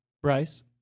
Bryce